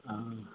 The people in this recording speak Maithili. हँ